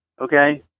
Okay